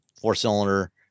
four-cylinder